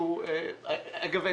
ואגב,